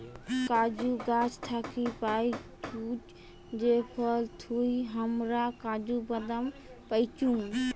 কাজু গাছ থাকি পাইচুঙ যে ফল থুই হামরা কাজু বাদাম পাইচুং